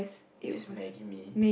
is maggi mee